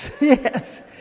Yes